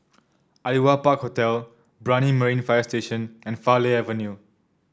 Aliwal Park Hotel Brani Marine Fire Station and Farleigh Avenue